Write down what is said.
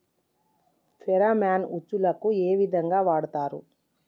Pheromone ఉచ్చులకు ఏ విధంగా వాడుతరు?